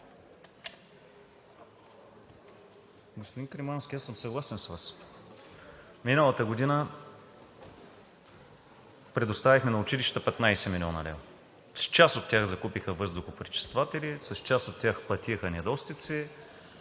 Миналата година предоставихме на училищата 15 млн. лв. – с част от тях закупиха въздухопречистватели, с част от тях платиха недостици.